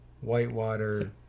whitewater